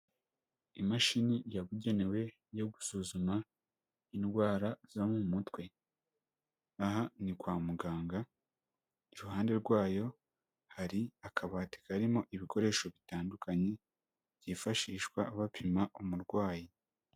Imashini yabugenewe yo gusuzuma indwara zo mu mutwe, aha ni kwa muganga iruhande rwayo hari akabati karimo ibikoresho bitandukanye, byifashishwa bapima umurwayi.